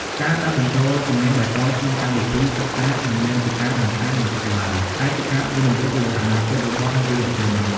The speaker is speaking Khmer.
ការដាក់បញ្ចូលជំនាញបៃតងក្នុងកម្មវិធីសិក្សាមិនមែនជាការបន្ថែមបន្ទុកឡើយ តែជាការវិនិយោគលើអនាគតរបស់យុវជន។